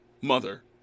mother